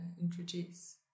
introduce